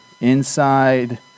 inside